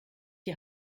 die